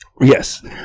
Yes